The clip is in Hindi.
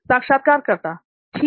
साक्षात्कारकर्ता ठीक है